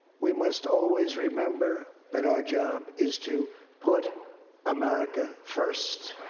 we must always remember that our job is to put america first.